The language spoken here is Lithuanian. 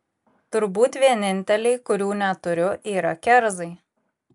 turbūt vieninteliai kurių neturiu yra kerzai